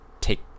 take